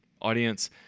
audience